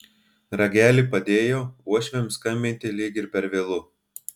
ragelį padėjo uošviams skambinti lyg ir per vėlu